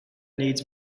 needs